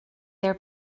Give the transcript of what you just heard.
their